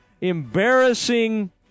Embarrassing